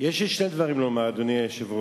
יש לי שני דברים לומר, אדוני היושב-ראש.